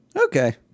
Okay